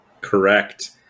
Correct